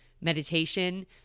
Meditation